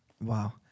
Wow